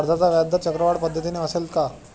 कर्जाचा व्याजदर चक्रवाढ पद्धतीने असेल का?